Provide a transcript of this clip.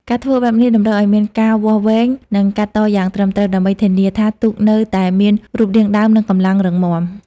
ការធ្វើបែបនេះតម្រូវឲ្យមានការវាស់វែង និងកាត់តយ៉ាងត្រឹមត្រូវ ដើម្បីធានាថាទូកនៅតែមានរូបរាងដើម និងកម្លាំងរឹងមាំ។